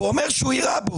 ואומר שהוא יירה בו.